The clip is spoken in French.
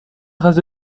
traces